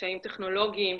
קשיים טכנולוגיים,